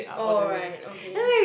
alright okay